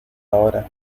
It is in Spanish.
ahora